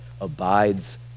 abides